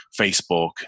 Facebook